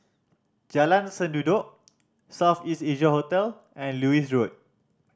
Jalan Sendudok South East Asia Hotel and Lewis Road